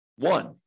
One